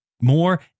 More